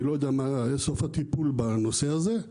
אני לא יודע מה היה סוף הטיפול בנושא הזה.